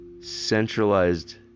centralized